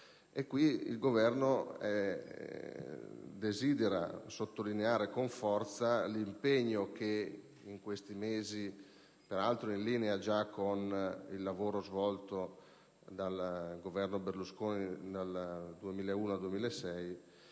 Il Governo desidera sottolineare con forza l'impegno profuso in questi mesi, peraltro in linea con il lavoro già svolto dal Governo Berlusconi dal 2001 al 2006